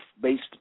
based